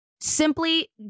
simply